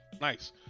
nice